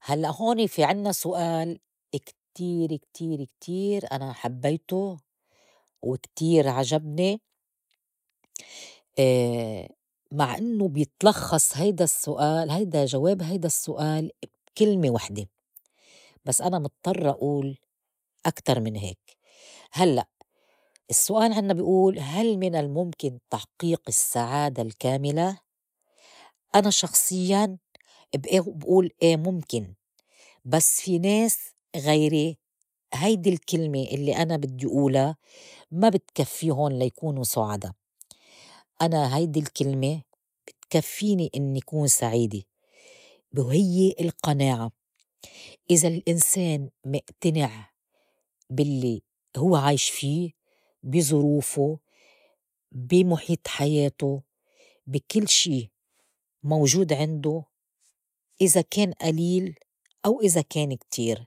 هلّأ هوني في عنّا سؤال كتير كتير كتير أنا حبيته وكتير عجبني. مع إنّو بيتلخّص هيدا السّؤال هيدا جواب هيدا السّؤال بكلمة وحدة بس أنا مضطرّا ئول أكتر من هيك، هلّأ ألسؤال عنّا بي أول هل من الممكن تحقيق السّعادة الكاملة؟ أنا شخصياً ب- بئول إي مُمكن بس في ناس غيري هيدي الكلمة إلّي أنا بدّي قولا ما بتكفّيهُن ليكونوا سُعدا، أنا هيدي الكلمة بتكفّيني إنّي كون سعيدة وهيّ القناعة إذا الإنسان مئتنع بالّلي هوّ عايش في بي ظروفه بي مُحيط حياته بي كل شي موجود عندوا إذا كان أليل أو إذا كان كتير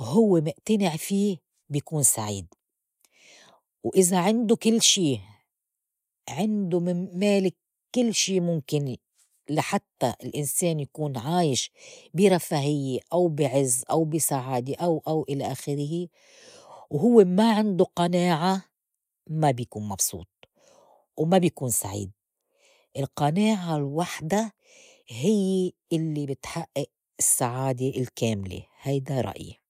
هو مئتنع في بي كون سعيد وإذا عندوا كل شي عندوا من مال كل شي مُمكن لحتّى الإنسان يكون عايش بي رفاهيّة أو بي عز أو بي سعادة أو أو إلى آخره وهوّ ما عندوا قناعة ما بيكون مبسوط وما بيكون سعيد، القناعة لواحدا هيّ اللّي بتحئئ السّعادة الكاملة هيدا رأيه.